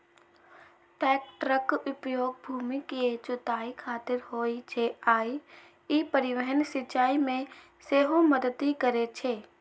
टैक्टरक उपयोग भूमि के जुताइ खातिर होइ छै आ ई परिवहन, सिंचाइ मे सेहो मदति करै छै